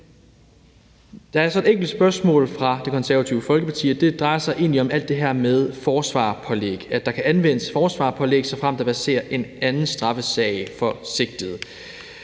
Der er så et enkelt spørgsmål fra Det Konservative Folkeparti, og det drejer sig egentlig om alt det her med forsvarerpålæg; at der kan anvendes forsvarerpålæg, såfremt der verserer en anden straffesag for sigtede.